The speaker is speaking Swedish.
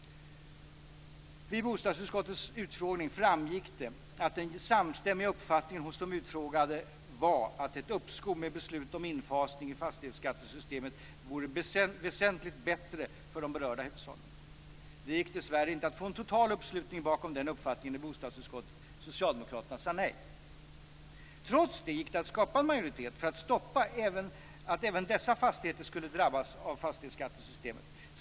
Vid bostadsutskottets utfrågning framgick att den samstämmiga uppfattningen hos de utfrågade var att ett uppskov med beslut om infasning i fastighetsskattesystemet vore väsentligt bättre för de berörda hushållen. Det gick dessvärre inte att få en total uppslutning bakom den uppfattningen i bostadsutskottet. Trots det gick det att skapa en majoritet för att stoppa att även dessa fastigheter skulle drabbas av fastighetsskattesystemet.